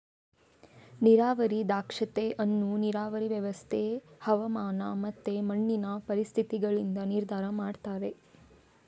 ನೀರಾವರಿ ದಕ್ಷತೆ ಅನ್ನು ನೀರಾವರಿ ವ್ಯವಸ್ಥೆ, ಹವಾಮಾನ ಮತ್ತೆ ಮಣ್ಣಿನ ಪರಿಸ್ಥಿತಿಗಳಿಂದ ನಿರ್ಧಾರ ಮಾಡ್ತಾರೆ